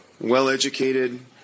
Well-educated